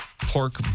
pork